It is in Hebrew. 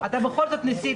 אתה בכל זאת ניסית.